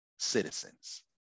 citizens